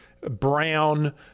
brown